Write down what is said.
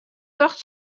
tocht